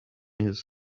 his